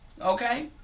Okay